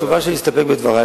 התשובה שלי היא להסתפק בדברי.